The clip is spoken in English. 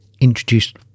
introduced